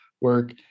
work